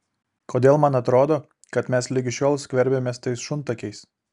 kodėl man atrodo kad mes ligi šiol skverbiamės tais šuntakiais